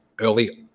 early